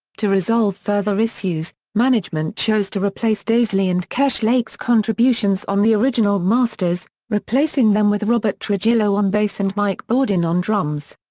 to resolve further issues, management chose to replace daisley and kerslake's contributions on the original masters, replacing them with robert trujillo on bass and mike bordin on drums.